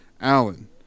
Allen